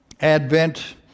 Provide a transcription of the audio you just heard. Advent